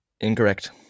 Incorrect